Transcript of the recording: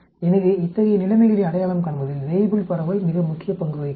எனவே இத்தகைய நிலைமைகளை அடையாளம் காண்பதில் வேய்புல் பரவல் மிக முக்கிய பங்கு வகிக்கிறது